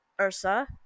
Ursa